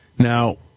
Now